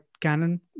Canon